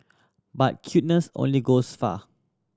but cuteness only goes far